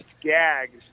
gags